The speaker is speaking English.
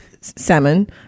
Salmon